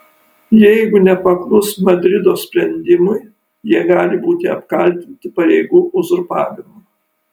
jeigu nepaklus madrido sprendimui jie gali būti apkaltinti pareigų uzurpavimu